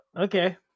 Okay